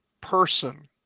person